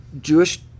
Jewish